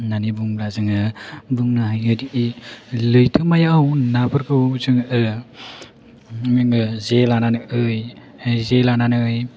होननानै बुङोब्ला जोङो बुंनो हायोदि लैथोमायाव नाफोरखौ जोङो जे लानानै जे लानानै